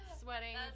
Sweating